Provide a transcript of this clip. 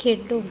ਖੇਡੋ